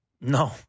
No